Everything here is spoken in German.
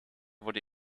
wurde